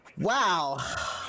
Wow